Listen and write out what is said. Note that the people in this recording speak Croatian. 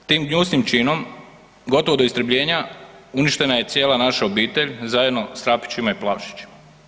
Tim gnjusnim činom gotovo do istrebljenja uništena je cijela naša obitelj zajedno sa Trapićima i Plavšićima.